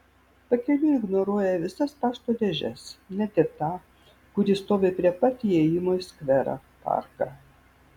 pakeliui ignoruoja visas pašto dėžes net ir tą kuri stovi prie pat įėjimo į skverą parką